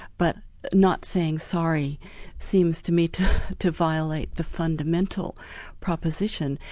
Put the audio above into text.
but not saying sorry seems to me to to violate the fundamental proposition,